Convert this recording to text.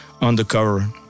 undercover